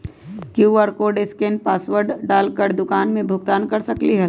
QR code scan password डाल कर दुकान में भुगतान कर सकलीहल?